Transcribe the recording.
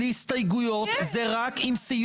אבל כל מה שקורה כאן אומר שהדיון עוד לא הסתיים.